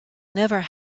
never